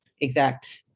exact